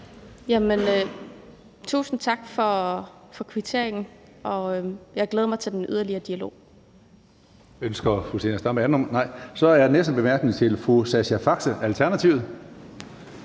Tusind tak for kvitteringen, og jeg glæder mig til den yderligere dialog.